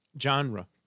genre